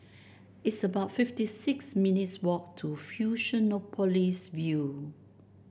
it's about fifty six minutes' walk to Fusionopolis View